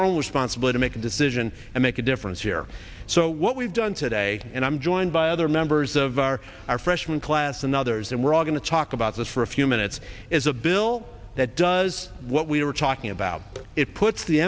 all responsible to make a decision and make a difference here so what we've done today and i'm joined by other members of our our freshman class and others and we're going to talk about this for a few minutes is a bill that does what we are talking about it puts the